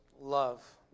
love